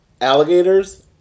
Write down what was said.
alligators